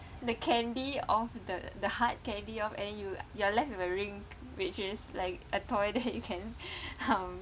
the candy off the the hard candy off and then you you are left with a ring which is like a toy that you can um